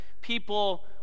people